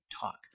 Talk